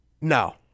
No